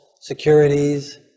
securities